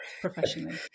professionally